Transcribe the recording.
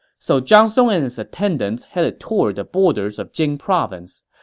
so zhang song and his attendants headed toward the borders of jing province.